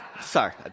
Sorry